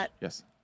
Yes